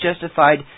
justified